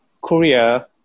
Korea